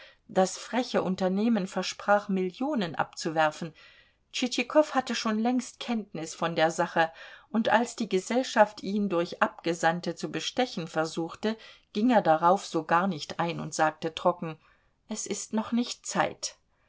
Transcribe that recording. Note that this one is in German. das freche unternehmen versprach millionen abzuwerfen tschitschikow hatte schon längst kenntnis von der sache und als die gesellschaft ihn durch abgesandte zu bestechen versuchte ging er darauf sogar nicht ein und sagte trocken es ist noch nicht zeit